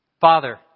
Father